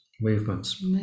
movements